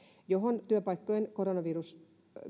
johon työpaikkojen koronaviruksesta